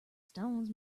stones